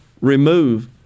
remove